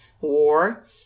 war